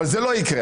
אבל זה לא יקרה.